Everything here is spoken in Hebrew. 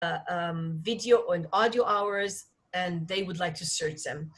video and audio hours and they would like to search them.